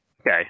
Okay